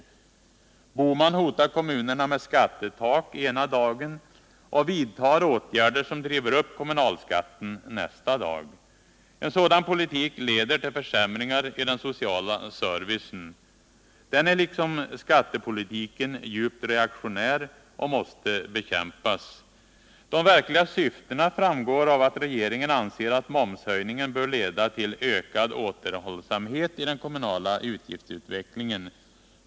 Gösta Bohman hotar kommunerna med skattetak ena dagen och vidtar åtgärder som driver upp kommunalskatten nästa dag. En sådan politik leder till försämringar i den sociala servicen. Den är liksom skattepolitiken djupt reaktionär och måste bekämpas. De verkliga syftena framgår av att regeringen anser att momshöjningen bör leda till ”ökad återhållsamhet” i den kommunala utgiftsutvecklingen.